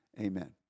Amen